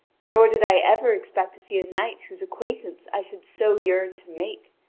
nor did i ever expect to see a knight whose acquaintance i should so yearn to make.